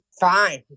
fine